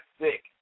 sick